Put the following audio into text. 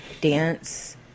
dance